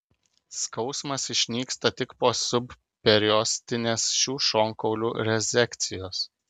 skausmas išnyksta tik po subperiostinės šių šonkaulių rezekcijos